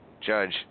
Judge